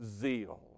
zeal